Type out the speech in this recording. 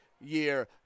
year